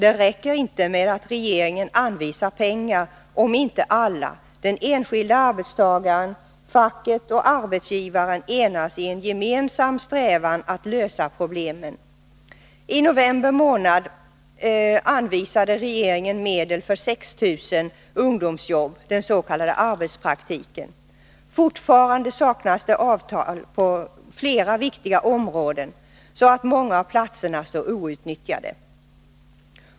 Det räcker inte med att regeringen anvisar pengar, om inte alla — den enskilde arbetstagaren, facket och arbetsgivaren — enas i en gemensam strävan att lösa problemen. I november månad 1981 anvisade regeringen medel för 6 000 ungdomsjobb, den s.k. arbetspraktiken. Fortfarande saknas avtal på flera viktiga områden, och därför är många av arbetsplatserna outnyttjade.